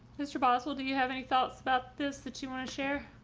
mr. boswell, do you have any thoughts about this that you want to share?